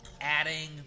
adding